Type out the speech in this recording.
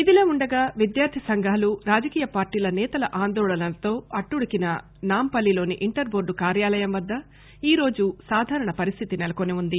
ఇదిలా వుండగా విద్యార్ది సంఘాలు రాజకీయపార్టీల సేతల ఆందోళనలతో అట్టుడికిన నాంపల్లిలోని ఇంటర్ బోర్డు కార్యాలయం వద్ద ఈరోజు సాధారణ పరిస్టితి సెలకొని వుంది